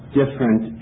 different